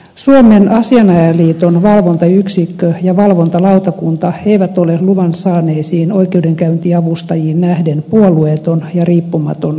suomen asianajajaliiton valvontayksikkö ja valvontalautakunta eivät ole luvan saaneisiin oikeudenkäyntiavustajiin nähden puolueeton ja riippumaton valvontaviranomainen